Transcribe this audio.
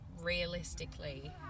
realistically